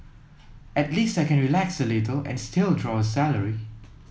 at least I can relax a little and still draw a salary